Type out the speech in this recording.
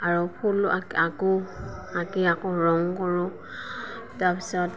আৰু ফুল আ আঁকো আঁকি আকৌ ৰং কৰোঁ তাৰপিছত